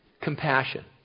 Compassion